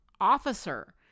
Officer